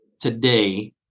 today